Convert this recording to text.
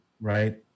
right